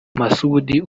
masoudi